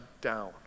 down